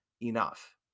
enough